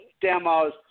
demos